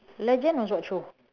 legend was what show